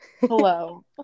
hello